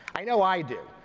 i know, i did.